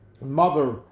mother